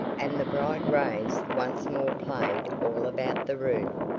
and the bright rays once more played all about the room.